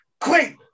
quick